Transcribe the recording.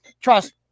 Trust